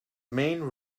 main